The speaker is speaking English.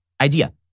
idea